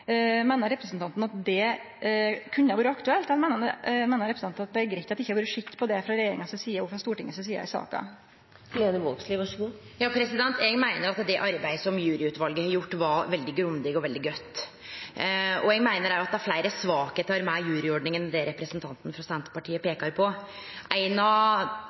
Meiner representanten at det kunne ha vore aktuelt, eller meiner ho at det er greitt at dette ikkje har vore sett på frå regjeringas og Stortingets side? Eg meiner at det arbeidet som juryutvalet har gjort, er veldig grundig og veldig godt. Eg meiner òg at det er fleire svakheiter med juryordninga enn det representanten frå Senterpartiet peiker på. Eit av